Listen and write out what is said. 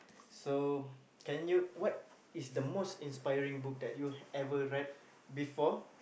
so can you what is the most inspiring book that you ever read before